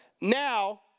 Now